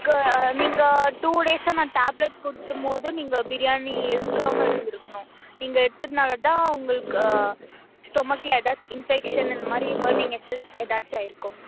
K நீங்கள் two டேஸ்ஸாக நான் டேப்லெட் கொடுத்தம் போது நீங்கள் பிரியாணி எடுக்காமல் இருந்திருக்கணும் நீங்கள் எடுத்ததுனால் தான் உங்களுக்கு ஸ்டொமக்கில் ஏதாச்சும் இன்பெக்ஷன் இந்த மாதிரி பேர்னிங் எசன்ஸ் ஏதாச்சி ஆகியிருக்கும்